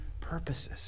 purposes